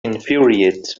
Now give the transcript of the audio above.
infuriates